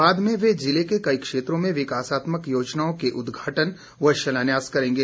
बाद में वे जिले के कई क्षेत्रों में विकासात्मक योजनाओं के उद्घाटन व शिलान्यास करेंगे